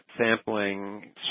sampling